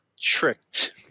tricked